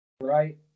right